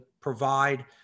provide